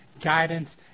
guidance